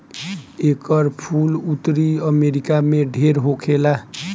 एकर फूल उत्तरी अमेरिका में ढेर होखेला